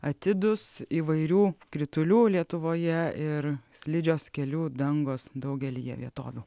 atidūs įvairių kritulių lietuvoje ir slidžios kelių dangos daugelyje vietovių